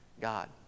God